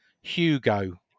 Hugo